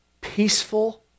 peaceful